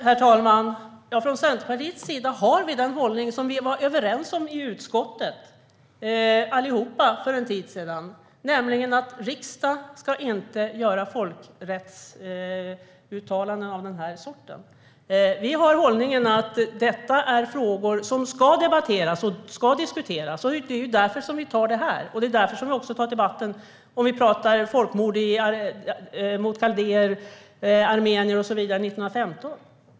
Herr talman! Från Centerpartiets sida har vi den hållning som vi allihop var överens om i utskottet för en tid sedan, nämligen att riksdagen inte ska göra folkrättsuttalanden av den här sorten. Vår hållning är att detta är frågor som ska debatteras och diskuteras. Det är därför vi tar upp det här. Det är också därför vi tar debatten när vi talar om folkmord på kaldéer, armenier med flera 1915.